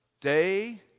day